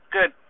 Good